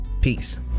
Peace